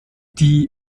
die